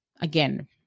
again